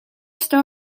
still